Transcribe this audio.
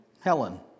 Helen